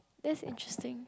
that's interesting